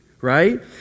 right